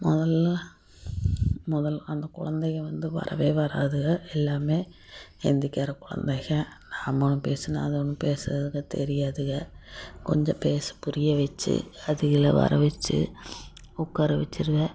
முதல்ல முதல் அந்த கொழந்தைக வந்து வரவே வராதுக எல்லாமே ஹிந்திக்கார கொழந்தைக நாம் ஒன்று பேசினால் அது ஒன்று பேசுகிறதுக்கு தெரியாது கொஞ்சம் பேசி புரிய வச்சு அதுகளை வரவச்சு உட்கார வச்சுருவேன்